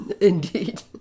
indeed